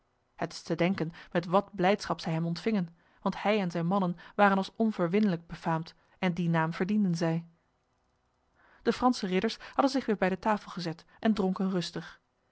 het is te denken met wat blijdschap zij hem ontvingen want hij en zijn mannen waren als onverwinnelijk befaamd en die naam verdienden zij de franse ridders hadden zich weer bij de tafel gezet en dronken rustig